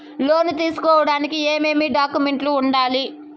లోను తీసుకోడానికి ఏమేమి డాక్యుమెంట్లు ఉండాలి